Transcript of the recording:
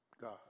God